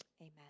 Amen